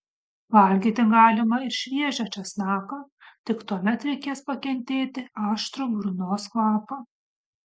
valgyti galima ir šviežią česnaką tik tuomet reikės pakentėti aštrų burnos kvapą